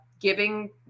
giving